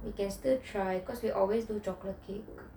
we can still try cause we always do chocolate cake